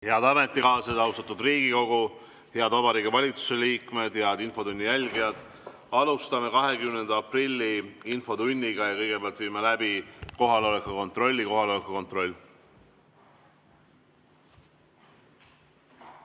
Head ametikaaslased! Austatud Riigikogu! Head Vabariigi Valitsuse liikmed! Head infotunni jälgijad! Alustame 20. aprilli infotundi ja kõigepealt viime läbi kohaloleku kontrolli. Kohaloleku kontroll.